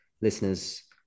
listeners